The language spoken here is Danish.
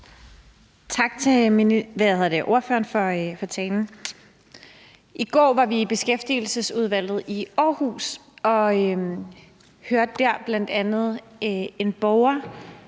Tak til ordføreren for talen. I går var vi i Beskæftigelsesudvalget i Aarhus, og der hørte vi bl.a. en borger